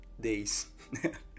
days